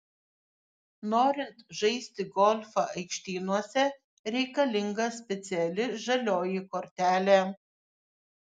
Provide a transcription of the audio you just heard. norint žaisti golfą aikštynuose reikalinga speciali žalioji kortelė